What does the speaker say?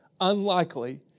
unlikely